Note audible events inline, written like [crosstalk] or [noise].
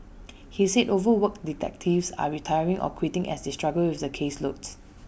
[noise] he said overworked detectives are retiring or quitting as they struggle with the caseloads